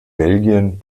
belgien